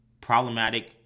problematic